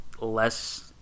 less